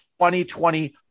2020